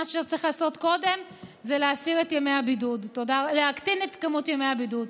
שצריך לעשות קודם זה להקטין את מספר ימי הבידוד.